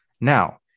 now